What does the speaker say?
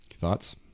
Thoughts